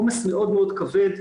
עומס מאוד מאוד כבד.